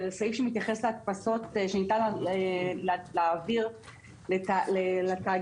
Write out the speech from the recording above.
סעיף שמתייחס להדפסות שניתן להעביר לתאגידים.